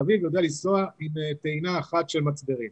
אביב יודע לנסוע עם טעינה אחת של מצברים.